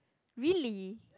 really